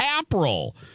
April